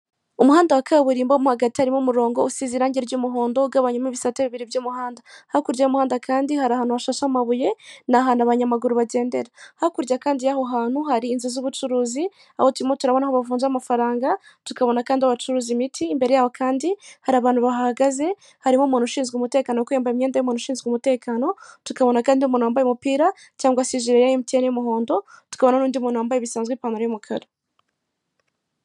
Umuhanda wa kaburimbo muga haririmo umurongo usize irangi ry'umuhondo ugabanyamo ibisate bibiri by'umuhanda hakurya y'umuhanda kandi hari ahantu hashashe amabuye na ahantu abanyamaguru bagendera hakurya kandi y'aho hantu hari inzu z'ubucuruzi aho turimo turabona bavunja amafaranga tukabona kandi bacuruza imiti imbere yabo kandi hari abantu bahagaze harimo umuntu ushinzwe umutekano umbaye imyenda y'umuntu ushinzwe umutekano tukabona kandi umuntu wambaye umupira cyangwa seygemkin yumuhondo tubona n'undi muntu wambaye bisanzwe ipantaro yumukara.